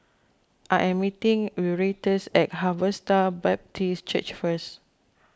I am meeting Erastus at Harvester Baptist Church first